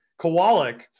Kowalik